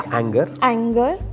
anger